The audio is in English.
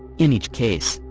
in each case,